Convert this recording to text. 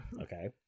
Okay